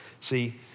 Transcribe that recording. See